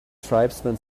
tribesman